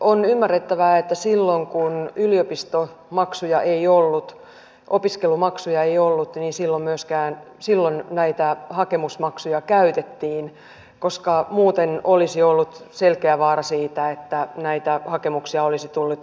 on ymmärrettävää että silloin kun yliopistomaksuja opiskelumaksuja ei ollut näitä hakemusmaksuja käytettiin koska muuten olisi ollut selkeä vaara siitä että näitä hakemuksia olisi tullut röykkiöittäin maahan